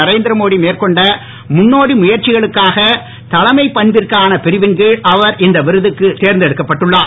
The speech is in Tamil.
நரேந்திர மோடி மேற்கொண்ட முன்னோடி முயற்சிகளுக்காக தலைமைப் பண்பிற்கான பிரிவின் கீழ் அவர் இந்த விருதுக்கு தேர்ந்தெடுக்கப்பட்டுள்ளார்